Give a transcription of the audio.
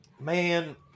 man